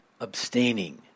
abstaining